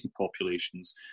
populations